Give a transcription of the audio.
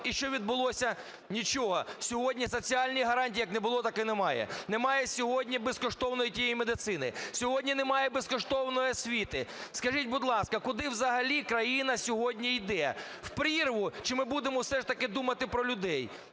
І що відбулося? Нічого. Сьогодні соціальних гарантій, як не було, так і не має. Немає сьогодні безкоштовної дії медицини. Сьогодні немає безкоштовної освіти. Скажіть, будь ласка, куди взагалі країна сьогодні йде? В прірву? Чи ми будемо все ж таки думати про людей?